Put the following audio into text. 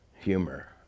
humor